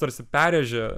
tarsi perrėžė